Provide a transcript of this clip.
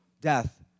death